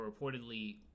reportedly